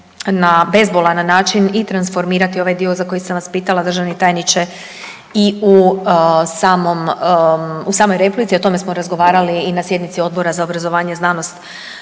na bezbolan način i transformirati ovaj dio za koji sam vas pitala državni tajniče i u samom replici o tome smo razgovarali i na sjednici Odbora za obrazovanje, znanost